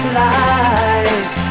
lies